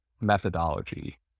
methodology